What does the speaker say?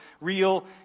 real